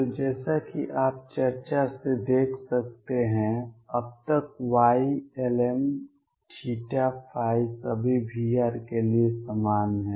तो जैसा कि आप चर्चा से देख सकते हैं अब तक Ylmθϕ सभी V के लिए समान हैं